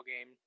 game